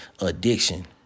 addiction